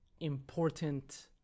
important